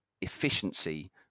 efficiency